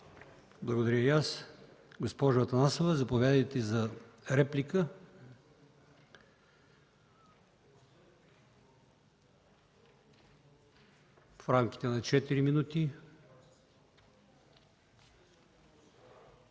Благодаря и аз. Госпожо Атанасова, заповядайте за реплика в рамките на четири минути.